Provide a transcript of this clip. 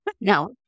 No